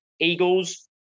Eagles